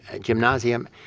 gymnasium